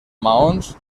maons